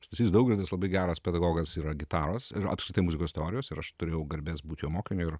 stasys daugirdas labai geras pedagogas yra gitaros ir apskritai muzikos teorijos ir aš turėjau garbės būt jo mokiniu ir